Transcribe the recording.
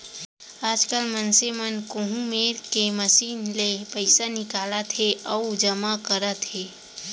आजकाल मनसे मन कोहूँ मेर के मसीन ले पइसा निकालत हें अउ जमा करत हें